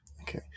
Okay